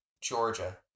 Georgia